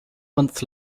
month